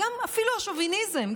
אפילו השוביניזם,